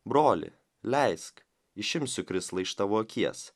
broli leisk išimsiu krislą iš tavo akies